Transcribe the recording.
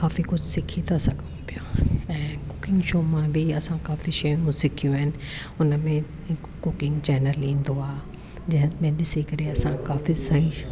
काफी कुझु सिखी था सघूं पिया ऐं कुकिंग शो मां बि असां काफ़ी शयूं सिखियूं आहिनि हुनमें कुकिंग चैनल ईंदो आहे जंहिंमे ॾिसी करे असां काफी सही